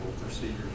procedures